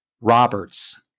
Roberts